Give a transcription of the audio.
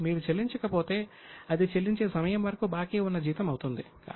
కానీ మీరు చెల్లించకపోతే అది చెల్లించే సమయం వరకు బాకీ ఉన్న జీతం అవుతుంది